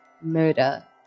murder